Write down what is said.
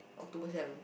October seven